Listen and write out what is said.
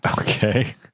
Okay